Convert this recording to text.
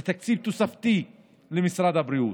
זה תקציב תוספתי למשרד הבריאות.